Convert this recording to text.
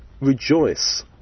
rejoice